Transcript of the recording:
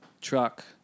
truck